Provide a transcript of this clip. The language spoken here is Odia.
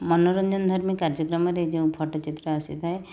ମନୋରଞ୍ଜନ ଧର୍ମୀ କାର୍ଯ୍ୟକ୍ରମରେ ଯେଉଁ ଫଟୋଚିତ୍ର ଆସିଥାଏ